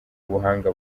ubuhanga